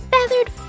Feathered